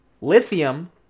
lithium